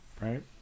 Right